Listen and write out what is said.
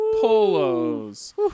polos